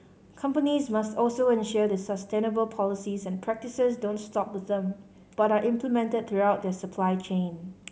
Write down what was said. companies must also ensure the sustainable policies and practices don't stop with them but are implemented throughout their supply chain